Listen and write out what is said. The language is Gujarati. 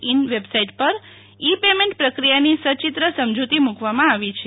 ઈન વેબસાઈટ પર ઈ પેમેન્ટ પ્રક્રિયાની સયિત્ર સમજુતી મુકવામાં આવી છે